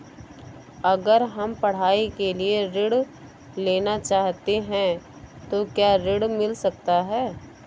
अगर हम पढ़ाई के लिए ऋण लेना चाहते हैं तो क्या ऋण मिल सकता है?